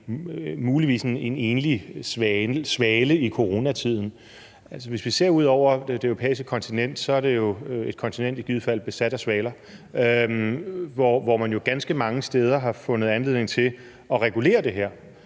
kan være en enlig svale i coronatiden. Hvis vi ser ud over det europæiske kontinent, er det jo så i givet fald et kontinent besat af svaler. Man har jo ganske mange steder fundet anledning til at regulere det her.